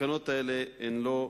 התקנות האלה הן לא,